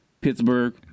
Pittsburgh